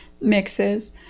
mixes